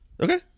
Okay